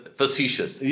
facetious